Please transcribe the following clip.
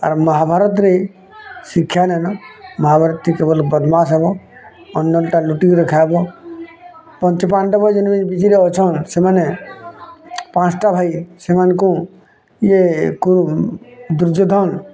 ଆର୍ ମହାଭାରତ୍ରେ ଶିକ୍ଷା ନାହିଁନୁ ମହାଭାରତି କେବଲ୍ ବଦମାସ୍ ହେବ ଅନ୍ୟନ୍ ଟା ଲୁଟିକିରି ଖାଇବ ପଞ୍ଚୁପାଣ୍ଡବ ଯେନ୍ ବିଜିରେ ଅଛନ୍ ସେମାନେ ପାଞ୍ଚଟା ଭାଇ ସେମାନଙ୍କୁ ଇଏ କୁ ଦୁର୍ଯ୍ୟଧନ୍